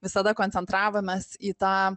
visada koncentravomės į tą